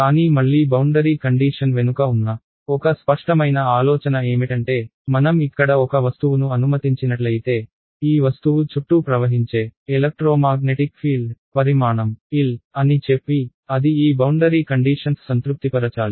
కానీ మళ్లీ boundary condition వెనుక ఉన్న ఒక స్పష్టమైన ఆలోచన ఏమిటంటే మనం ఇక్కడ ఒక వస్తువును అనుమతించినట్లయితే ఈ వస్తువు చుట్టూ ప్రవహించే ఎలక్ట్రోమాగ్నెటిక్ ఫీల్డ్ పరిమాణం L అని చెప్పి అది ఈ బౌండరీ కండీషన్స్ సంతృప్తిపరచాలి